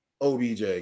OBJ